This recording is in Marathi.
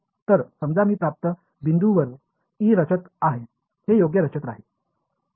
तर समजा मी प्राप्त बिंदूवर E रचत आहे हे योग्य रचत राहील